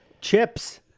Chips